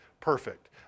perfect